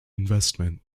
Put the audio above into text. investment